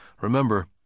Remember